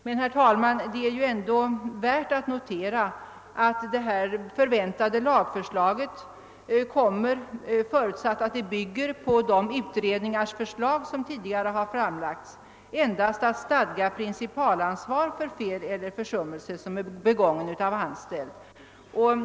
Men, herr talman, det är väl ändå värt att notera att det förväntade lagförslaget — förutsatt att det bygger på förslag från de utredningar som tidigare har framlagts — endast kommer att stadga principalansvar för fel eller försummelse som blivit begången av anställd.